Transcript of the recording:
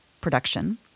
production